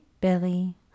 billy